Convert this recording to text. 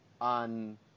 on